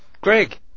Greg